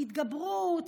התגברות,